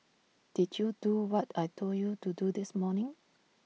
did you do what I Told you to do this morning